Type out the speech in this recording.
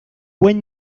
buen